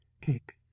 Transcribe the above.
Cake